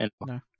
No